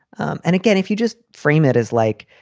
um and again, if you just frame it as like,